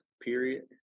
period